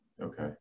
Okay